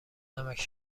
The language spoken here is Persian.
نمکـ